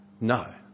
No